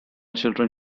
children